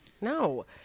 No